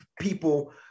people